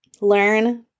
learn